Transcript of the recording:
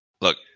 Look